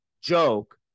joke